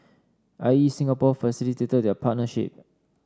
I E Singapore facilitated their partnership